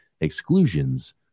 Exclusions